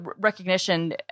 recognition